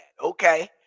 okay